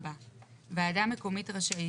(4)ועדה מקומית רשאית,